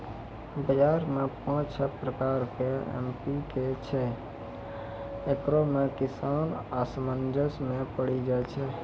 बाजार मे पाँच छह प्रकार के एम.पी.के छैय, इकरो मे किसान असमंजस मे पड़ी जाय छैय?